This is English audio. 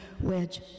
wedge